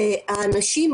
והאנשים,